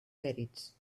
perits